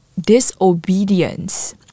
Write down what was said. disobedience